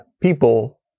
people